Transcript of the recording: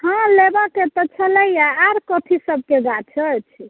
हँ लेबऽके तऽ छलैया आर कथी सबके गाछ अछि